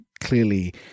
clearly